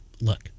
Look